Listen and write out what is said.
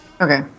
Okay